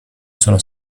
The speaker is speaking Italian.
sono